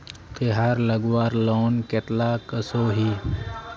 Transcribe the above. तेहार लगवार लोन कतला कसोही?